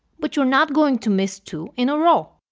but you're not going to miss two in a row.